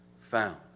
found